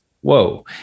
Whoa